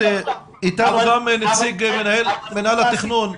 איתנו גם נציג מנהל התכנון.